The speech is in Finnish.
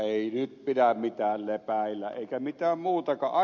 ei nyt pidä mitään lepäillä eikä mitään muutakaan